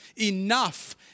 Enough